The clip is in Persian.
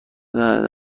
بزمینوف